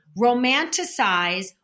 romanticize